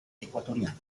ecuatoriana